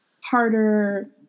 harder